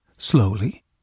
Slowly